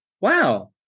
wow